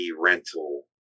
rental